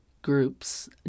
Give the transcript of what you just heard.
groups